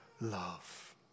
love